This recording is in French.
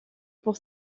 pour